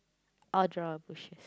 I'll draw bushes